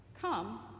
come